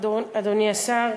אדוני השר,